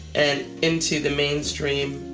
and into the mainstream?